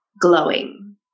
glowing